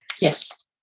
Yes